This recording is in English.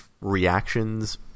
reactions